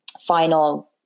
final